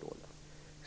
dollar.